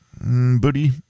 booty